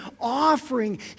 offering